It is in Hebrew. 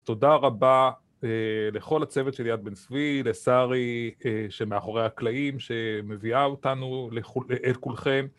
תודה רבה לכל הצוות של יד בן צבי, לשרי שמאחורי הקלעים, שמביאה אותנו לכולכם.